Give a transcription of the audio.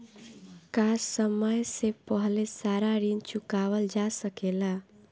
का समय से पहले सारा ऋण चुकावल जा सकेला?